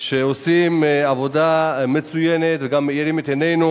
שעושים עבודה מצוינת וגם מאירים את עינינו